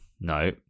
no